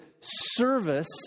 service